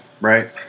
Right